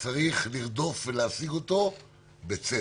המשפט זו היכולת לראות דברים מזווית אחרת.